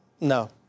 No